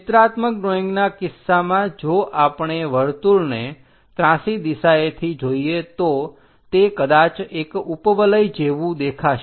ચિત્રાત્મક ડ્રોઈંગના કિસ્સામાં જો આપણે વર્તુળ ને ત્રાંસી દિશાએથી જોઈએ તો તે કદાચ એક ઉપવલય જેવુ દેખાશે